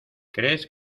crees